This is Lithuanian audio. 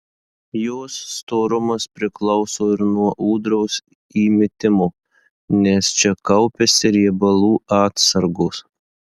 jos storumas priklauso ir nuo ūdros įmitimo nes čia kaupiasi riebalų atsargos